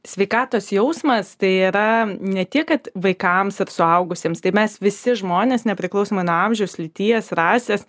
sveikatos jausmas tai yra ne tiek kad vaikams ar suaugusiems tai mes visi žmonės nepriklausomai nuo amžiaus lyties rasės